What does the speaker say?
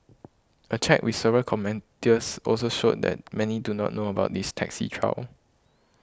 a check with several also showed that many do not know about this taxi trial